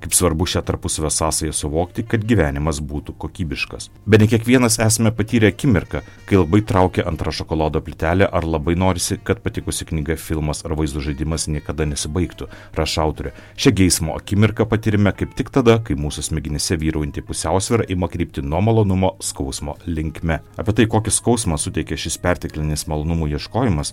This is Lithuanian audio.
kaip svarbu šią tarpusavio sąsają suvokti kad gyvenimas būtų kokybiškas bene kiekvienas esame patyrę akimirką kai labai traukia antra šokolado plytelė ar labai norisi kad patikusi knyga filmas ar vaizdo žaidimas niekada nesibaigtų rašo autorė šią geismo akimirką patiriame kaip tik tada kai mūsų smegenyse vyraujanti pusiausvyra ima krypti nuo malonumo skausmo linkme apie tai kokį skausmą suteikia šis perteklinis malonumų ieškojimas